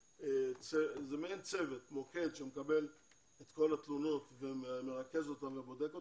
מעין צוות שמקבל את כל התלונות ומרכז אותן ובודק אותן.